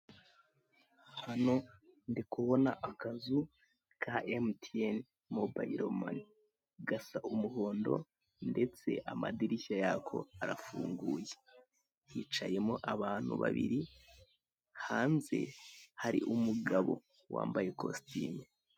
Hano ndi kubona akazu ka emutiyeni mobayiro mane gasa umuhondo ndetse amadirishya yako arafunguye. Hicayemo abantu babiri hanze hari umugabo wambaye ikositime.